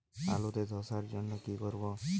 আলুতে ধসার জন্য কি করব?